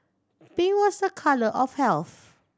pink was a colour of health